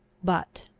but,